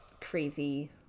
crazy